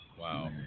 Wow